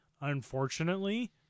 Unfortunately